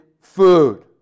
food